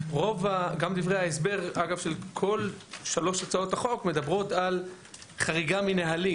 שדברי ההסבר של שלוש הצעות החוק מדברות על חריגה מנהלים.